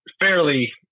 fairly